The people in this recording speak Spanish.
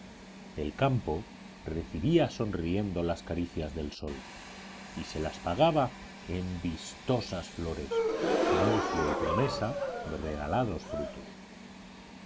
el campo recibía sonriendo las caricias del sol y se las pagaba en vistosas flores nuncio y promesa de regalados frutos